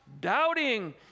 doubting